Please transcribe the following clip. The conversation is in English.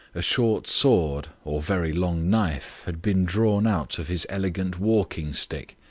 a short sword, or very long knife, had been drawn out of his elegant walking-stick,